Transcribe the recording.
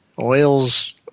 Oils